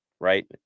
Right